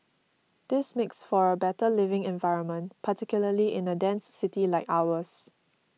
this makes for a better living environment particularly in a dense city like ours